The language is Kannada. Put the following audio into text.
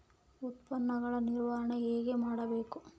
ಉತ್ಪನ್ನಗಳ ನಿರ್ವಹಣೆ ಹೇಗೆ ಮಾಡಬೇಕು?